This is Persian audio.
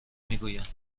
میگویند